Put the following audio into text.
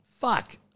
Fuck